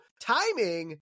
timing